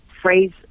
phrase